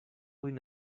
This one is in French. rues